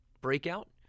breakout